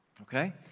okay